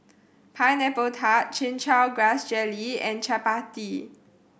Pineapple Tart Chin Chow Grass Jelly and Chappati